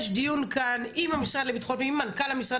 יש דיון כאן עם המשרד לביטחון פנים,